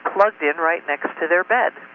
plugged in right next to their bed.